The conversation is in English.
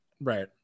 right